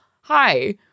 hi